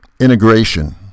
integration